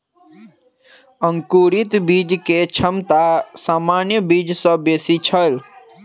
अंकुरित बीज के क्षमता सामान्य बीज सॅ बेसी छल